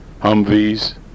Humvees